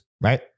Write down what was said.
right